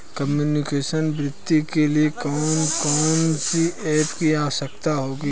Computational वित्त के लिए कौन कौन सी एप की आवश्यकता होगी?